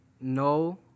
No